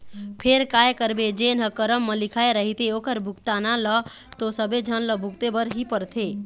फेर काय करबे जेन ह करम म लिखाय रहिथे ओखर भुगतना ल तो सबे झन ल भुगते बर ही परथे